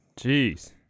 Jeez